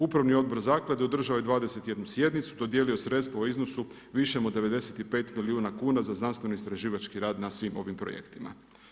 Upravni odbor zaklade održao je 21 sjednicu, dodijelio sredstva u iznosu višem od 95 milijuna kuna za znanstveno istraživački rad na svim ovim projektima.